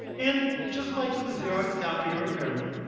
and just like with the xerox copier repairmen,